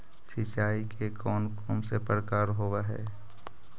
सिंचाई के कौन कौन से प्रकार होब्है?